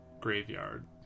graveyard